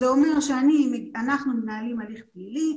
זה אומר שאנחנו מנהלים הליך פלילי,